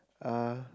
uh